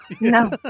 No